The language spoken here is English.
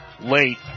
late